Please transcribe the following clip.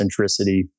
centricity